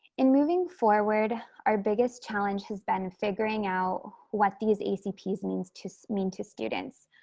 in moving forward, our biggest challenge has been figuring out what these acp means to i mean to students.